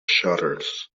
shutters